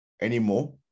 anymore